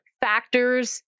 factors